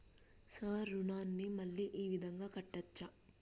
Sir రుణాన్ని మళ్ళా ఈ విధంగా కట్టచ్చా?